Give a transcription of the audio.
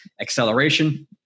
Acceleration